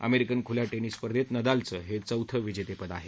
American खुल्या श्रीमस स्पर्धेत नदालचं हे चौथं विजेतेपद आहे